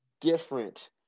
different